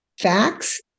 facts